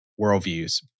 worldviews